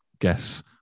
guess